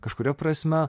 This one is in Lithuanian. kažkuria prasme